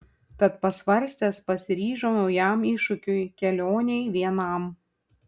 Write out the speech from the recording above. tad pasvarstęs pasiryžo naujam iššūkiui kelionei vienam